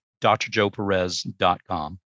drjoeperez.com